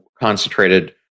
concentrated